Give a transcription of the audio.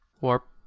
Warp